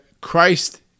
Christ